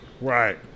right